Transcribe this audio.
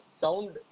sound